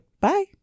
bye